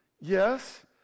Yes